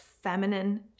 feminine